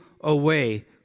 away